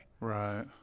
Right